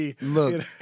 Look